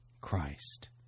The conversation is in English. Christ